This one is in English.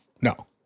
no